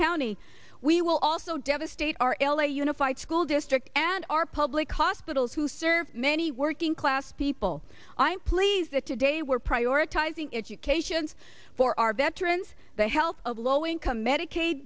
county we will also devastate our l a unified school district and our public hospitals who serve many working class people i'm pleased that today we're prioritizing education for our veterans the health of low income medicaid